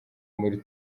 muri